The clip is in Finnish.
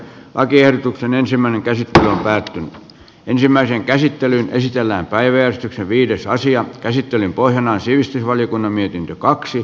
lakiehdotuksen ensimmäinen käsittelevätkin ensimmäisen käsittelyn esitellään päivä viides asian käsittelyn pohjana on sivistysvaliokunnan mietintö